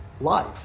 life